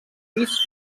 sis